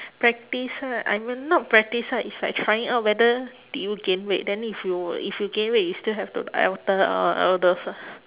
practise ah I mean not practise ah it's like trying out whether did you gain weight then if you if you gain weight you still have to alter uh all those ah